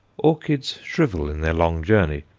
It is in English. orchids shrivel in their long journey,